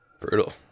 brutal